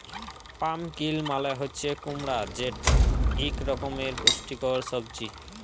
pumpkin মালে হছে কুমড়া যেট ইক রকমের পুষ্টিকর সবজি